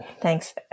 thanks